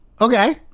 Okay